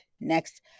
next